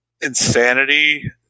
insanity